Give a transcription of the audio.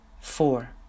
four